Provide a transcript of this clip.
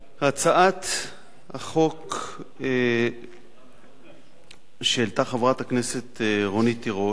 הצעת החוק שהעלתה חברת הכנסת רונית תירוש,